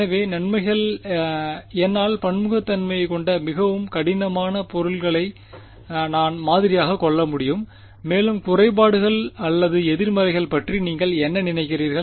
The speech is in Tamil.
எனவே நன்மைகள் என்னால் பன்முகத்தன்மையைக் கொண்ட மிகவும் கடினமான பொருள்களை நான் மாதிரியாகக் கொள்ள முடியும் மேலும் குறைபாடுகள் அல்லது எதிர்மறைகள் பற்றி நீங்கள் என்ன நினைக்கிறீர்கள்